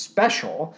Special